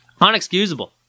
Unexcusable